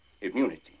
Immunity